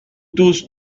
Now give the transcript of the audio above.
tous